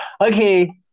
Okay